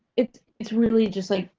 it's it's really just like,